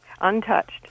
Untouched